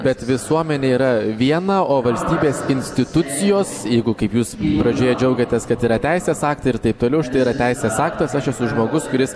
bet visuomenė yra viena o valstybės institucijos jeigu kaip jūs pradžioje džiaugiatės kad yra teisės aktai ir taip toliau štai yra teisės aktas aš esu žmogus kuris